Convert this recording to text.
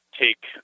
take